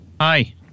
hi